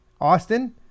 Austin